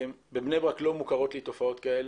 בבני ברק לא מוכרות לי תופעות כאלה.